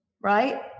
Right